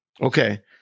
Okay